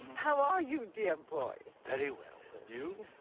how are you dear boy? very well and you?